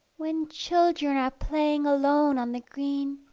when children are playing alone on the green,